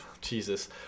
Jesus